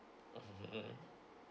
mm